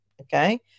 Okay